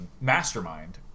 mastermind